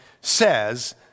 says